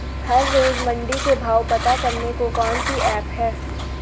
हर रोज़ मंडी के भाव पता करने को कौन सी ऐप है?